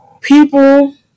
people